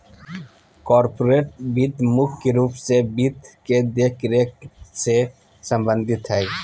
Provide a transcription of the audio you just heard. corporate वित्त मुख्य रूप से वित्त के देखरेख से सम्बन्धित हय